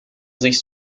sich